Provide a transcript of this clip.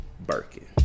Birkin